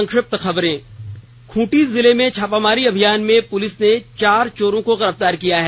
संक्षिप्त खबर खूंटी जिले में छापामारी अभियान में पुलिस ने चार चोरों को गिरफ्तार किया है